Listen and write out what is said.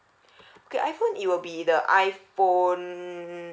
okay iphone it will be the iphone